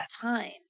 time